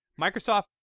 Microsoft